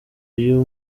uyu